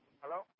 Hello